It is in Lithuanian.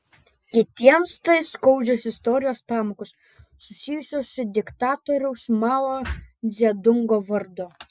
kitiems tai skaudžios istorijos pamokos susijusios su diktatoriaus mao dzedungo vardu